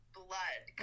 blood